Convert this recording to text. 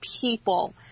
people